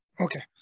Okay